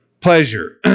pleasure